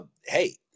hey